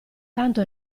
tanto